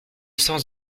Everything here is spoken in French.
sens